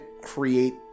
create